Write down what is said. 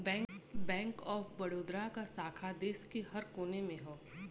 bank of Baroda क शाखा देश के हर कोने में हौ